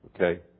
okay